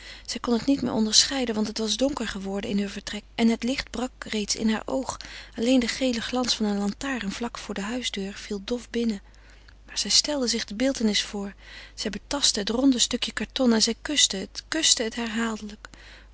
zij kon het niet meer onderscheiden want het was donker geworden in heur vertrek en het licht brak reeds in haar oog alleen de gele glans van een lantaren vlak voor de huisdeur viel dof binnen maar zij stelde zich de beeltenis voor zij betastte het ronde stukje karton en zij kuste het kuste het herhaaldelijk